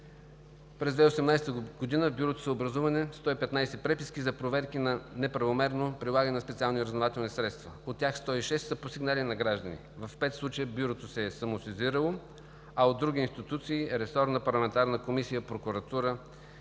През 2018 г. в Бюрото са образувани 115 преписки за проверки на неправомерно прилагане на специални разузнавателни средства. От тях 106 са по сигнали на граждани. В пет случая Бюрото се е самосезирало, а от други институции – ресорна парламентарна комисия, прокуратура и